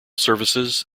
services